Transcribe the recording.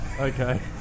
Okay